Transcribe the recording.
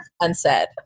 unsaid